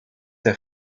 der